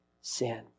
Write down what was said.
sin